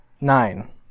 Nine